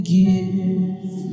give